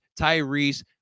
Tyrese